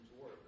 work